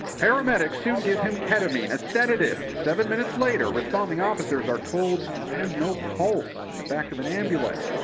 paramedics soon give him ked kind of mean, a sedative. seven minutes later, responding officers are told he has no pulse in the back of an ambulance.